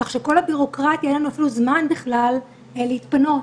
כך שאין לנו אפילו זמן בכלל לכל הבירוקרטיה,